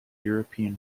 european